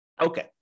Okay